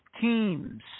teams